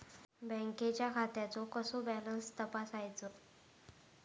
बँकेच्या खात्याचो कसो बॅलन्स तपासायचो?